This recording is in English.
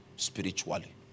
Spiritually